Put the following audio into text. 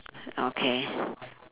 okay